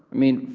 mean,